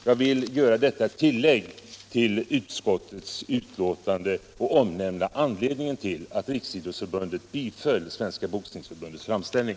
Jag har med detta velat göra ett tillägg till utskottets betänkande och omnämna anledningen till att Riksidrottsförbundet biföll Svenska boxningsförbundets framställning.